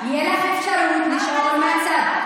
זה יכול להיות תוכן יהודי שאנחנו לא אוהבים,